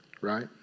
right